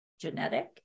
genetic